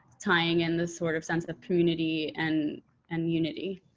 tying in this sort of sense of community and and unity.